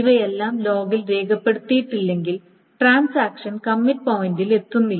ഇവയെല്ലാം ലോഗിൽ രേഖപ്പെടുത്തിയിട്ടില്ലെങ്കിൽ ട്രാൻസാക്ഷൻ കമ്മിറ്റ് പോയിൻറിൽ എത്തുന്നില്ല